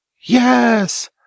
Yes